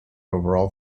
overall